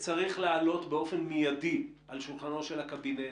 צריך לעלות באופן מידי על שולחנו של הקבינט.